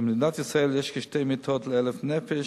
במדינת ישראל יש כשתי מיטות ל-1,000 נפש,